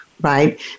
right